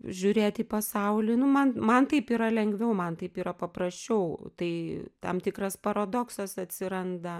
žiūrėt į pasaulį nu man man taip yra lengviau man taip yra paprasčiau tai tam tikras paradoksas atsiranda